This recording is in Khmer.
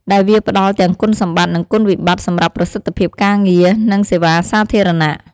ដែលវាផ្តល់ទាំងគុណសម្បត្តិ និងគុណវិបត្តិសម្រាប់ប្រសិទ្ធភាពការងារ និងសេវាសាធារណៈ។